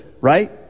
right